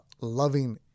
loving